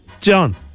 John